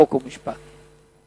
חוק ומשפט.